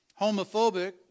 homophobic